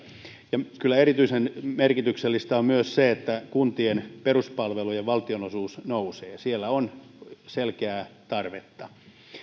ja kyllä erityisen merkityksellistä on myös se että kuntien peruspalvelujen valtionosuus nousee siellä on selkeää tarvetta